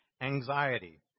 Anxiety